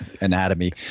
anatomy